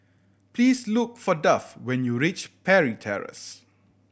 please look for Duff when you reach Parry Terrace